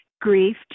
grief